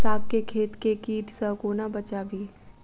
साग केँ खेत केँ कीट सऽ कोना बचाबी?